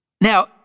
Now